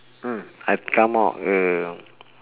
mm I come out uh